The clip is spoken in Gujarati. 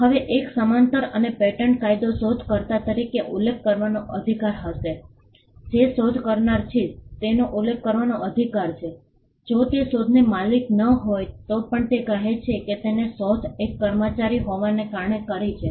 હવે એક સમાંતર અને પેટન્ટ કાયદો શોધકર્તા તરીકે ઉલ્લેખ કરવાનો અધિકાર હશે જે શોધ કરનાર છે તેનો ઉલ્લેખ કરવાનો અધિકાર છે જો તે શોધનો માલિક ન હોય તો પણ તે કહે છે કે તેણે તે શોધ એક કર્મચારી હોવાને કારણે કરી છે